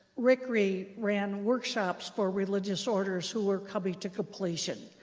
rick rick ran workshops for religious orders who were coming to completion,